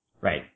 Right